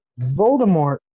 Voldemort